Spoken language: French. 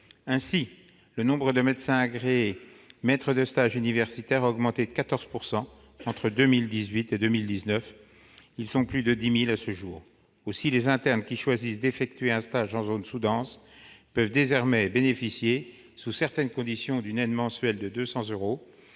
Ainsi, le nombre de médecins agréés maîtres de stage universitaires a augmenté de 14 % entre 2018 et 2019. Ils sont plus de 10 000 à ce jour. De surcroît, les internes qui choisissent d'effectuer un stage en zone sous-dense peuvent désormais bénéficier, sous certaines conditions, d'une aide mensuelle de 200 euros.